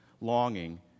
longing